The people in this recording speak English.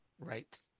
Right